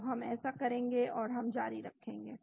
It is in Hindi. तो हम ऐसा करेंगे और हम जारी रखेंगे